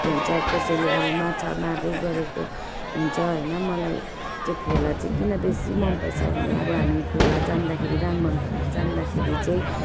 को हुन्छ कसैले अब माछा मार्दै गरेको हुन्छ होइन मलाई चाहिँ खोला चाहिँ किन बेसी मनपर्छ भने अब हामी खोला जाँदाखेरि राङभाङ खोला जाँदाखेरि चाहिँ